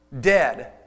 dead